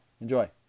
Enjoy